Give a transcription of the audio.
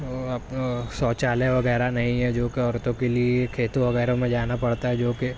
شوچالیہ وغیرہ نہیں ہے جوکہ عورتوں کے لیے کھیتوں وغیرہ میں جانا پڑتا ہے جوکہ